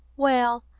well,